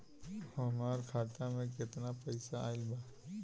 हमार खाता मे केतना पईसा आइल बा?